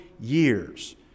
years